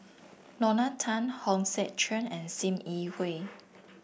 Lorna Tan Hong Sek Chern and Sim Yi Hui